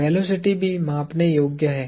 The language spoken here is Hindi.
वेलोसिटी भी मापने योग्य है